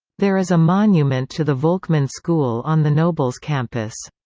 there is a monument to the volkman school on the nobles campus.